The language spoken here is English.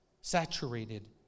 saturated